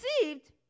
received